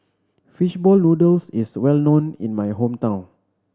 fish ball noodles is well known in my hometown